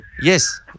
Yes